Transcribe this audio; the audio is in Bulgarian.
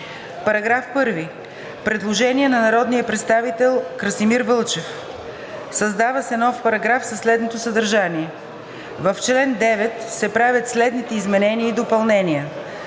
По § 1 има предложение на народния представител Красимир Вълчев: „Създава се нов параграф 1 със следното съдържание: „В чл. 9 се правят следните изменения и допълнения: